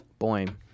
Boing